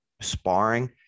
sparring